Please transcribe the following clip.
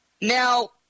Now